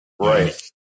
Right